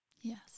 Yes